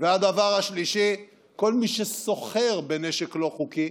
הדבר השלישי, כל מי שסוחר בנשק לא חוקי,